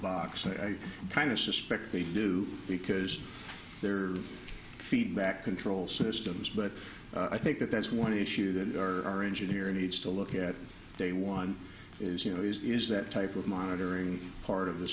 box i kind of suspect they do because their feedback control systems but i think that that's one issue that our engineering needs to look at day one is you know is is that type of monitoring part of the